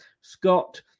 Scott